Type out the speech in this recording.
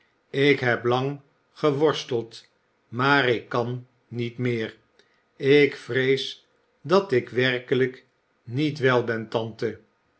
ik heb lang geworsteld maar ik kan niet meer ik vrees dat ik werkelijk niet wel ben tante